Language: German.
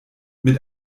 mit